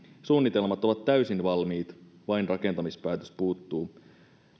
suunnitelmat ovat täysin valmiit vain rakentamispäätös puuttuu